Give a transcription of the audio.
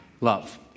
love